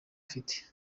ufite